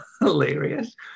hilarious